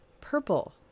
Purple